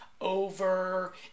over